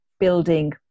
building